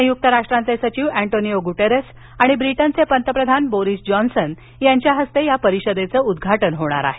संयुक्त राष्ट्रांचे सचिव अँटेनिओ गुटेरस आणि ब्रिटनचे पंतप्रधान बोरिस जॉन्सन यांच्या हस्ते या परिषदेचं उद्घाटन होणार आहे